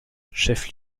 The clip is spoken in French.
chef